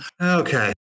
Okay